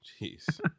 Jeez